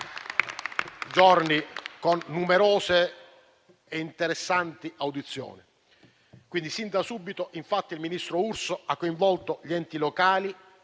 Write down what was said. giorni con numerose e interessanti audizioni. Sin da subito il ministro Urso ha coinvolto gli enti locali,